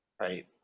Right